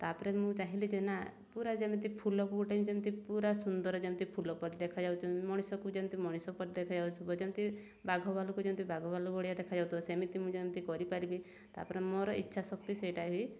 ତାପରେ ମୁଁ ଚାହିଁଲି ଯେ ନା ପୁରା ଯେମିତି ଫୁଲକୁ ଗୋଟେ ଯେମିତି ପୁରା ସୁନ୍ଦର ଯେମିତି ଫୁଲ ପରି ଦେଖାଯାଉ ମଣିଷକୁ ଯେମିତି ମଣିଷ ପରି ଦେଖାଯାଉଥିବ ଯେମିତି ବାଘ ବାଲୁକୁ ଯେମିତି ବାଘ ବାଲୁ ଭଳି ଦେଖାଯାଉଥିବ ସେମିତି ମୁଁ ଯେମିତି କରିପାରିବି ତାପରେ ମୋର ଇଚ୍ଛା ଶକ୍ତି ସେଇଟା ବି